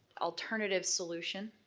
alternative solution,